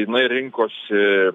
jinai rinkosi